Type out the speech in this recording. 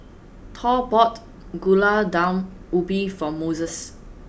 Thor bought Gulai Daun Ubi for Moises